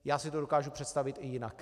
Já si to dokážu představit i jinak.